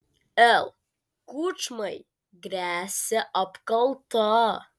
l kučmai gresia apkalta